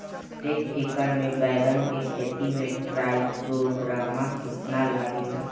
प्रतेक एकर मे बैगन के खेती मे ट्राईकोद्रमा कितना लागेला?